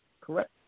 correct